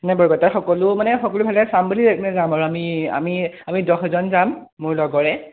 এনেই বৰপেটা সকলো মানে সকলোফালে চাম বুলিয়ে যাম আৰু আমি দহজন যাম মোৰ লগৰে